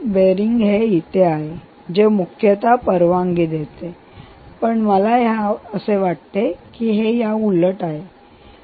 bearing हे इथे आहे जे मुख्यतः परवानगी देते तर मला असे वाटते की हे या उलट आहे